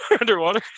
underwater